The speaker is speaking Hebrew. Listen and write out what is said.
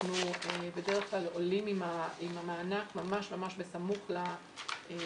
אנחנו בדרך כלל עולים עם המענק ממש ממש בסמוך לחקיקה.